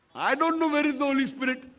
i? don't know. where is the holy spirit